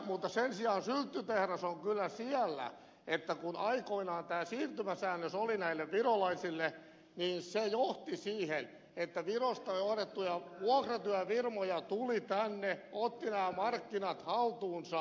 mutta sen sijaan sylttytehdas on kyllä siellä että kun aikoinaan tämä siirtymäsäännös oli näille virolaisille niin se johti siihen että virosta johdettuja vuokratyöfirmoja tuli tänne ottivat nämä markkinat haltuunsa